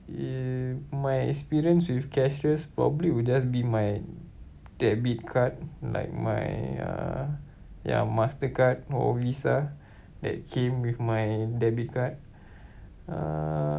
uh my experience with cashless probably will just be my debit card like my uh ya Mastercard or VISA that came with my debit card uh